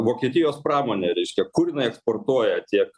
vokietijos pramonė reiškia kur jinai eksportuoja tiek